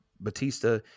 Batista